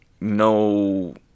no